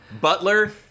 Butler